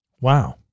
Wow